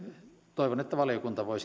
toivon että valiokunta voi